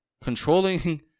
controlling